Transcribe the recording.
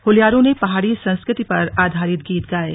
होल्यारों ने पहाड़ी संस्कृति पर आधारित गीत गाये